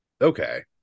Okay